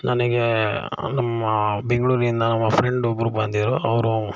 ನನಗೆ ನಮ್ಮ ಬೆಂಗಳೂರಿಂದ ನಮ್ಮ ಫ್ರೆಂಡ್ ಒಬ್ಬರು ಬಂದಿದ್ದರು ಅವರು